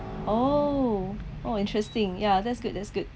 oh interesting ya that's good that's good